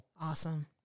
Awesome